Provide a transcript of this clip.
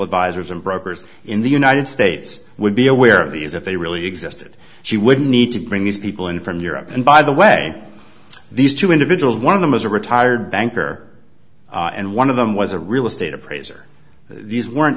advisors and brokers in the united states would be aware of these if they really existed she would need to bring these people in from europe and by the way these two individuals one of them is a retired banker and one of them was a real estate appraiser these weren't